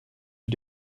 are